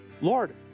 Lord